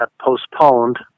postponed